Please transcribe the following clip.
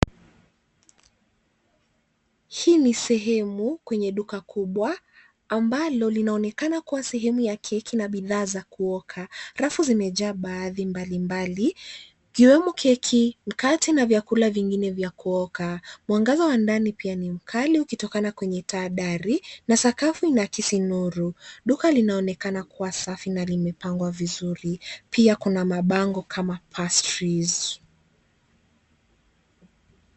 Hii ni sehemu kwenye duka kubwa ambalo linaonekana kuwa sehemu ya keki na bidhaa za kuoka. Rafu zimejaa baadhi mbali mbali ikiwemo: keki, mkate na vyakula vingine vya kuoka. Mwangaza wa ndani pia ni mkali, ukitokana kwenye taa dari na sakafu inaakisi nuru. Duka linaonekana kuwa safi na limepangwa vizuri. Pia kuna mabango kama pastries .